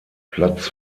platz